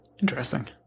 Interesting